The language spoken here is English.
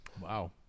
Wow